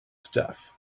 stuff